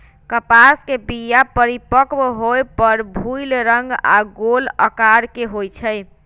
कपास के बीया परिपक्व होय पर भूइल रंग आऽ गोल अकार के होइ छइ